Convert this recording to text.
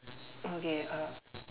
okay uh